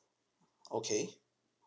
okay